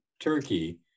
turkey